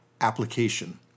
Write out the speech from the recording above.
application